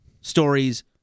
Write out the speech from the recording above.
stories